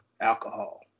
alcohol